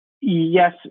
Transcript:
Yes